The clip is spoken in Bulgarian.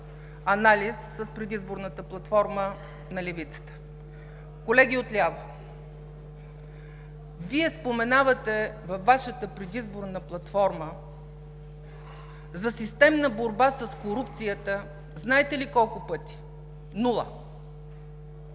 анализ с предизборната платформа на левицата. Колеги отляво, Вие споменавате във Вашата предизборна платформа за системна борба с корупцията, знаете ли колко пъти? Нула!